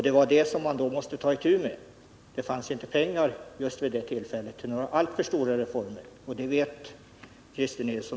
Det fanns vid det tillfället inte pengar till alltför stora reformer. Det vet även Christer Nilsson.